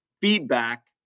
feedback